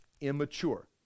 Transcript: immature